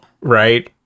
Right